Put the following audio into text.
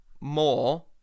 more